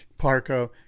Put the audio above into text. Parco